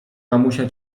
mamusia